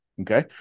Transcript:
Okay